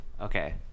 Okay